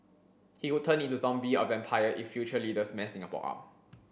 he could turn into zombie or vampire if future leaders mess Singapore up